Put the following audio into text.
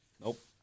Nope